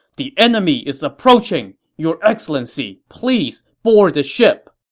the enemy is approaching! your excellency, please board the ship!